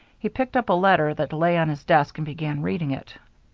he picked up a letter that lay on his desk and began reading it.